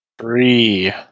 Three